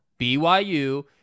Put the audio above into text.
BYU